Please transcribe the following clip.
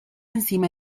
encima